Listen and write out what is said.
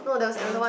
I know